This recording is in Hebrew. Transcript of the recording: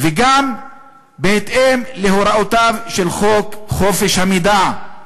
וכן בהתאם להוראותיו של חוק חופש המידע".